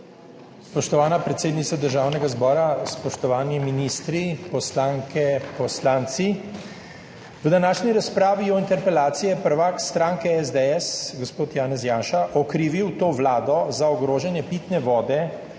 Spoštovana predsednica Državnega zbora, spoštovani ministri, poslanke, poslanci! V današnji razpravi o interpelaciji je prvak stranke SDS gospod Janez Janša okrivil to vlado za ogrožanje pitne vode